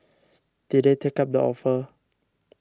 did they take up the offer